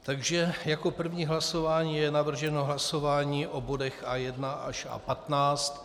Takže jako první hlasování je navrženo hlasování o bodech A1 až A15.